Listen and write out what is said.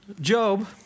Job